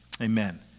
amen